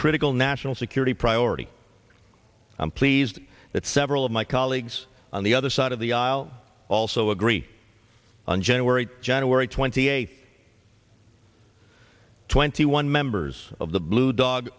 critical national security priority i'm pleased that several of my colleagues on the other side of the aisle also agree on january january twenty eighth twenty one members of the blue dog